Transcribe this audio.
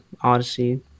odyssey